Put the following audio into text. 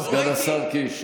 סגן השר קיש,